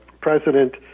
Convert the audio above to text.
president